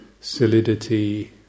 solidity